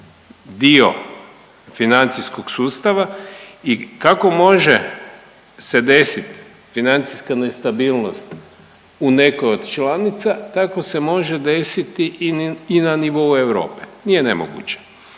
dio financijskog sustava i kako može se desit financijska nestabilnost u nekoj od članica tako se može desiti i na nivou Europe, nije nemoguće.